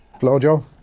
Flojo